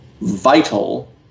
vital